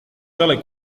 tale